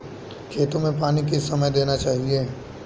खेतों में पानी किस समय देना चाहिए?